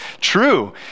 true